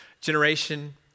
generation